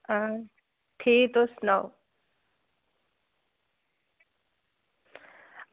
हां ठीक तुस सनाओ